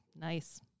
nice